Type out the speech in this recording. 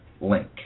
link